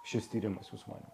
šis tyrimas jūsų manymu